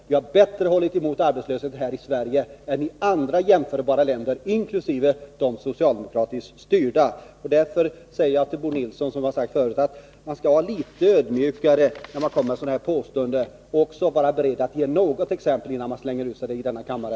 Sverige har kunnat bekämpa arbetslösheten bättre än andra jämförbara länder, inkl. de socialdemokratiskt styrda. Därför säger jag till Bo Nilsson samma sak som jag sagt förut: Man skall vara litet ödmjukare när man kommer med sådana här påståenden — och också vara beredd att ge något exempel, innan man slungar ur sig dem i denna kammare.